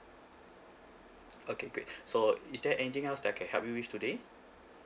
okay great so is there anything else that I can help you with today